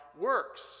works